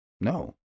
No